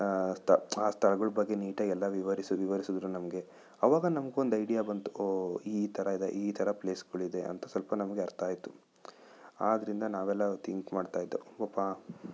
ಆ ಸ್ಥಳಗಳ ಬಗ್ಗೆ ನೀಟಾಗೆಲ್ಲ ವಿವರಿಸಿ ವಿವರಿಸಿದರು ನಮಗೆ ಆವಾಗ ನಮ್ಗೊಂದು ಐಡಿಯಾ ಬಂತು ಹೊ ಈ ಥರ ಇದೆ ಈ ಥರ ಪ್ಲೇಸ್ಗಳಿದೆ ಅಂತ ಸ್ವಲ್ಪ ನಮ್ಗೆ ಅರ್ಥ ಆಯಿತು ಆದ್ದರಿಂದ ನಾವೆಲ್ಲ ಥಿಂಕ್ ಮಾಡ್ತಾಯಿದ್ವು ಪಾಪ